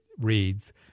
reads